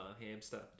hamster